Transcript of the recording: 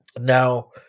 now